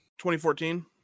2014